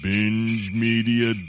BingeMedia